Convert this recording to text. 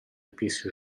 abissi